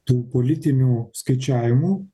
tų politinių skaičiavimų